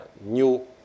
new